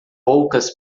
poucas